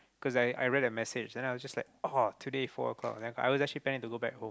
cause I I read a message then I was just like oh today four o-clock then I was actually plan to go back home